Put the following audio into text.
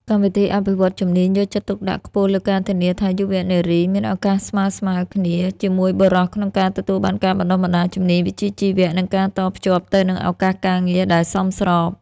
កម្មវិធីអភិវឌ្ឍន៍ជំនាញ យកចិត្តទុកដាក់ខ្ពស់លើការធានាថាយុវនារីមានឱកាសស្មើៗគ្នាជាមួយបុរសក្នុងការទទួលបានការបណ្តុះបណ្តាលជំនាញវិជ្ជាជីវៈ និងការតភ្ជាប់ទៅនឹងឱកាសការងារដែលសមស្រប។